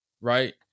Right